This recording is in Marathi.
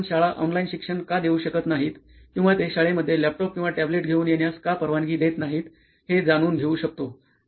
ज्यात आपण शाळा ऑनलाईन शिक्षण का देऊ शकत नाहीत किंवा ते शाळेमध्ये लॅपटॉप किंवा टॅबलेट घेऊन येण्यास का परवानगी देत नाहीत हे जाणून घेऊ शकतो